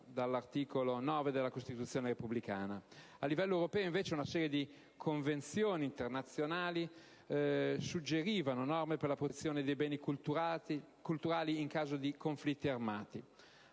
dall'articolo 9 della Costituzione repubblicana. A livello europeo, invece, una serie di convenzioni internazionali suggerivano norme per la protezione dei beni culturali in caso di conflitti armati.